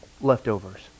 leftovers